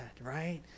right